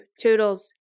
Toodles